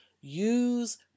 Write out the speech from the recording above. use